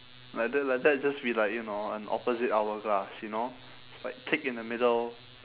like that like that just be like you know an opposite hourglass you know it's like thick in the middle